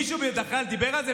מישהו בכלל דיבר על זה?